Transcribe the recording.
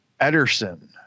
Ederson